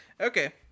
okay